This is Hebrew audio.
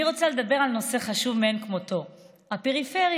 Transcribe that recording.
אני רוצה לדבר על נושא חשוב מאין כמותו, הפריפריה.